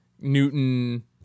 Newton